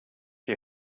you